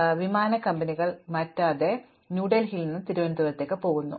പിന്നെ ഞാൻ വിമാനക്കമ്പനികൾ മാറ്റാതെ ന്യൂഡൽഹിയിൽ നിന്ന് തിരുവനന്തപുരത്തേക്ക് പോകുന്നു